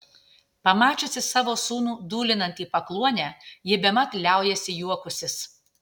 pamačiusi savo sūnų dūlinant į pakluonę ji bemat liaujasi juokusis